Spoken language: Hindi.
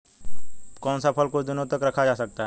कौन सा फल कुछ दिनों तक रखा जा सकता है?